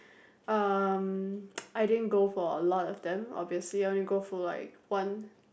um I didn't go for a lot of them obviously I only go for like one